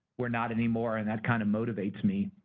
we're not anymore and that kind of motivates me.